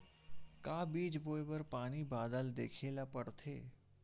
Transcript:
का बीज बोय बर पानी बादल देखेला पड़थे?